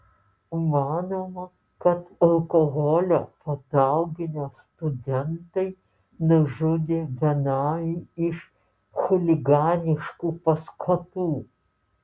manoma kad alkoholio padauginę studentai nužudė benamį iš chuliganiškų paskatų